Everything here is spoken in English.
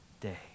day